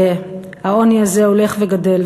העוני הזה הולך וגדל,